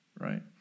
right